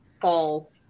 fall